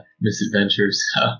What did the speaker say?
misadventures